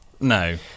No